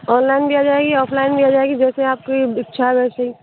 online भी आ जाएगी ऑफलाइन भी आ जाएगी जैसे आपकी इच्छा है जैसे